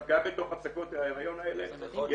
גם בתוך הפסקות ההריון האלה -- אז יכול להיות